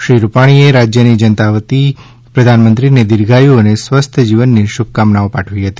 શ્રી રૂપાણીએ રાજ્યની જનતાં વતી પ્રધાનમંત્રીને દિર્ધાયું અને સ્વસ્થ જીવનની શુભેચ્છાઓ પાઠવી હતી